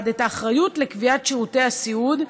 את האחריות לקביעת שירותי הסיעוד,